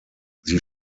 sie